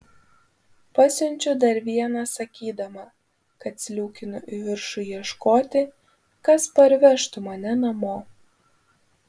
pasiunčiu dar vieną sakydama kad sliūkinu į viršų ieškoti kas parvežtų mane namo